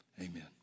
Amen